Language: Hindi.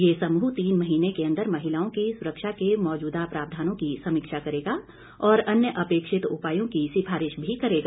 ये समूह तीन महीने के अंदर महिलाओं की सुरक्षा के मौजूदा प्रावधानों की समीक्षा करेगा और अन्य अपेक्षित उपायों की सिफारिश भी करेगा